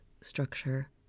structure